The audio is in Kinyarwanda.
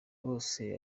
bose